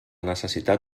necessitat